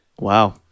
Wow